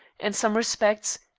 in some respects,